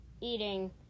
eating